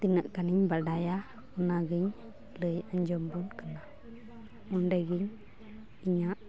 ᱛᱤᱱᱟᱹᱜ ᱜᱟᱱ ᱤᱧ ᱵᱟᱰᱟᱭᱟ ᱚᱱᱟᱜᱮᱧ ᱞᱟᱹᱭ ᱟᱸᱡᱚᱢ ᱟᱵᱚᱱ ᱠᱟᱱᱟ ᱚᱸᱰᱮ ᱜᱮᱧ ᱤᱧᱟᱹᱜ